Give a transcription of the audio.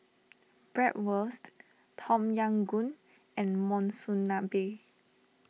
Bratwurst Tom Yam Goong and Monsunabe